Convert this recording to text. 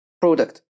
product